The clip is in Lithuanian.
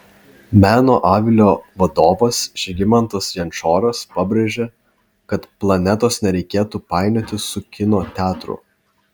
meno avilio vadovas žygimantas jančoras pabrėžė kad planetos nereikėtų painioti su kino teatru